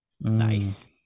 Nice